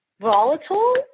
volatile